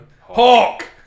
Hawk